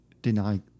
deny